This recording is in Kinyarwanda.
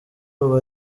ubu